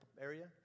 area